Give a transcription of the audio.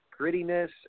grittiness